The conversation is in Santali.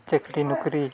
ᱪᱟᱹᱠᱨᱤ ᱱᱚᱠᱨᱤ